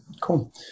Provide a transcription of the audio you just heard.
Cool